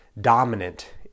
dominant